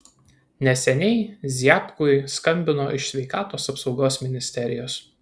neseniai ziabkui skambino iš sveikatos apsaugos ministerijos